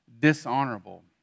dishonorable